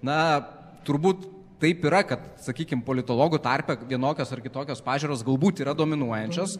na turbūt taip yra kad sakykim politologų tarpe vienokios ar kitokios pažiūros galbūt yra dominuojančios